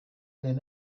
been